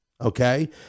okay